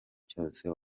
cyose